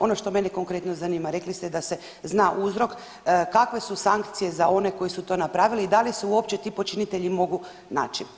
Ono što mene konkretno zanima rekli ste da se zna uzrok, kakve su sankcije za one koji su to napravili i da li se uopće ti počinitelji mogu naći.